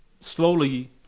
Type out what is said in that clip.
slowly